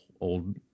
old